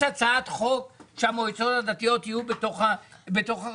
אז תגיש הצעת חוק שהמועצות הדתיות יהיו בתוך הרשות,